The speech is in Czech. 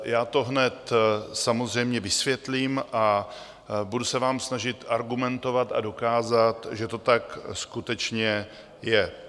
Já to hned samozřejmě vysvětlím a budu se vám snažit argumentovat a dokázat, že to tak skutečně je.